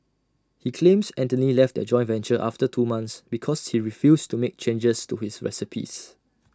he claims Anthony left their joint venture after two months because he refused to make changes to his recipes